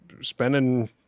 spending